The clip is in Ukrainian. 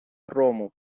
грому